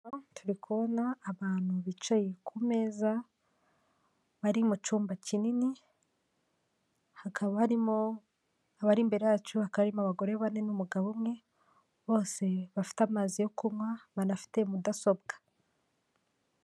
Turi kubona abantu bicaye ku meza bari mu cyumba kinini hakaba harimo, abari imbere yacu bakamo abagore bane n'umugabo umwe bose bafite amazi yo kunywa banafite mudasobwa.